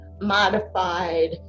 modified